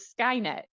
skynet